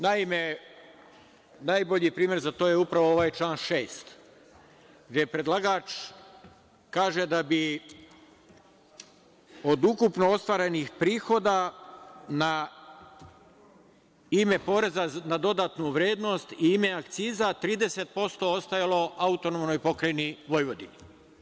Naime, najbolji primer za to je upravo ovaj član 6. gde predlagač kaže da bi od ukupno ostvarenih prihoda na ime poreza na dodatu vrednost i ime akciza 30% ostajalo AP Vojvodini.